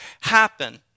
happen